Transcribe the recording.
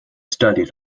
studied